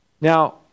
Now